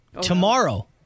Tomorrow